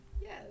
Yes